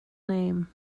name